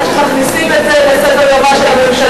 עד שמכניסים את זה לסדר-יומה של הממשלה,